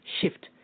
shift